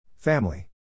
Family